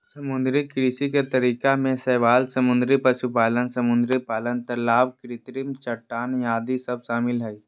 समुद्री कृषि के तरीका में शैवाल समुद्री पशुपालन, समुद्री पानी, तलाब कृत्रिम चट्टान आदि सब शामिल हइ